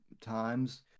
times